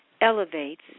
elevates